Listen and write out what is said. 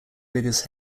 biggest